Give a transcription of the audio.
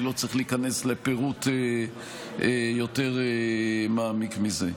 אני לא צריך להיכנס לפירוט יותר מעמיק מזה.